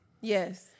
Yes